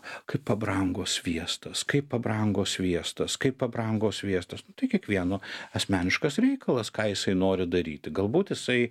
kaip pabrango sviestas kaip pabrango sviestas kaip pabrango sviestas tai kiekvieno asmeniškas reikalas ką jisai nori daryti galbūt jisai